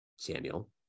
Samuel